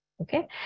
okay